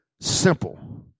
simple